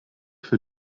für